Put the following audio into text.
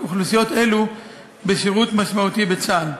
האוכלוסיות האלה בשירות משמעותי בצה"ל.